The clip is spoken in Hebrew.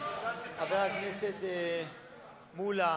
חבר הכנסת מולה,